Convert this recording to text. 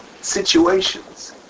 situations